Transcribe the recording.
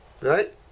Right